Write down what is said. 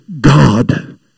God